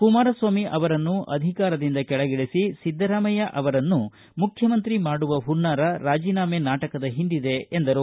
ಕುಮಾರಸ್ವಾಮಿ ಅವರನ್ನು ಅಧಿಕಾರದಿಂದ ಕೆಳಗಿಳಿಸಿ ಸಿದ್ದರಾಮಯ್ಯ ಅವರನ್ನು ಮುಖ್ಚಮಂತ್ರಿ ಮಾಡುವ ಹುನ್ನಾರ ರಾಜೀನಾಮೆ ನಾಟಕದ ಹಿಂದಿದೆ ಎಂದರು